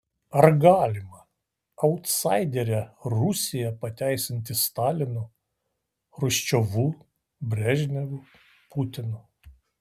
ar galima autsaiderę rusiją pateisinti stalinu chruščiovu brežnevu putinu